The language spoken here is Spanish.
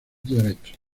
derechos